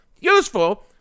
Useful